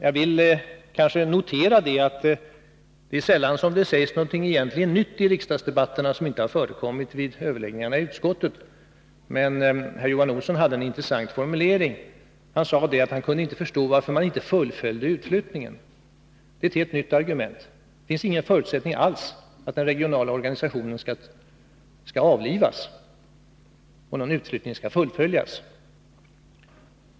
Jag vill notera att det egentligen sällan sägs någonting nytt i riksdagsdebatterna, som inte har förekommit vid överläggningarna i utskottet, men herr Johan Olsson hade en intressant formulering. Han sade att han inte kunde förstå varför man inte ”fullföljde utflyttningen”. Det var ett helt nytt argument. Det finns ingen förutsättning alls uppställd att den regionala organisationen skall avlivas och att någon utflyttning skall fullföljas.